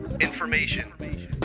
information